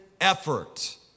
effort